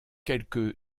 quelque